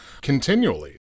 continually